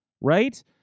right